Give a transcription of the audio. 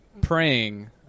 praying